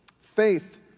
faith